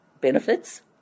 benefits